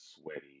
sweaty